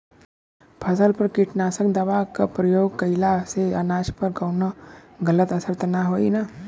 फसल पर कीटनाशक दवा क प्रयोग कइला से अनाज पर कवनो गलत असर त ना होई न?